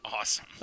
Awesome